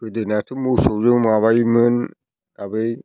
गोदोनाथ' मोसौजों माबायोमोन